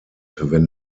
wenn